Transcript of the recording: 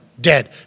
Dead